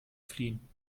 fliehen